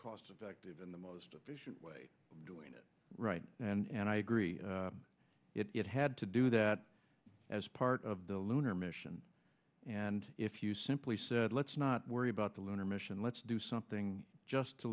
cost effective and the most efficient way of doing it right and i agree it had to do that as part of the lunar mission and if you simply said let's not worry about the lunar mission let's do something just to